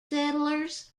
settlers